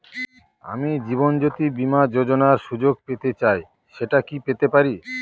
আমি জীবনয্যোতি বীমা যোযোনার সুযোগ পেতে চাই সেটা কি পেতে পারি?